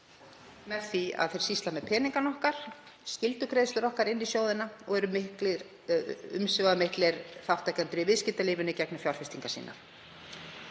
með því að þeir sýsla með peningana okkar, skyldugreiðslur okkar inn í sjóðina, og eru umsvifamiklir þátttakendur í viðskiptalífinu í gegnum fjárfestingar sínar.